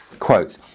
Quote